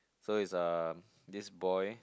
so it's um this boy